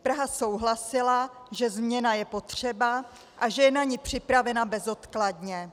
Praha souhlasila, že změna je potřeba a že je na ni připravena bezodkladně.